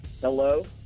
Hello